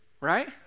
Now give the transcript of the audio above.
right